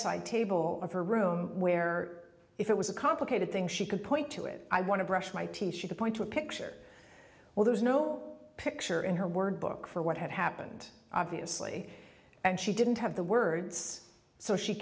bedside table of her room where if it was a complicated thing she could point to it i want to brush my teeth to the point to a picture where there's no picture in her word book for what had happened obviously and she didn't have the words so she